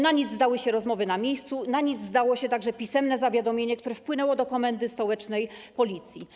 Na nic zdały się rozmowy na miejscu, na nic zdało się także pisemne zawiadomienie, które wpłynęło do Komendy Stołecznej Policji.